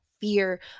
fear